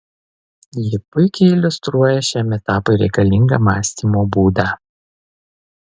ji puikiai iliustruoja šiam etapui reikalingą mąstymo būdą